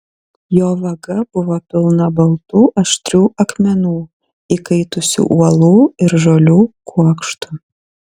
jo vaga buvo pilna baltų aštrių akmenų įkaitusių uolų ir žolių kuokštų